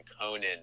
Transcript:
Conan